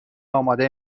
آماده